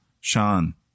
Sean